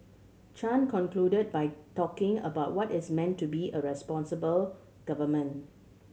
Chan concluded by talking about what its meant to be a responsible government